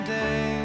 day